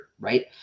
Right